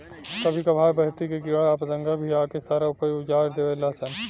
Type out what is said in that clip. कभी कभार बहरी के कीड़ा आ पतंगा भी आके सारा ऊपज उजार देवे लान सन